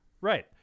Right